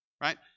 right